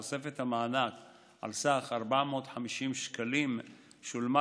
תוספת המענק על סך 450 שקלים שולמה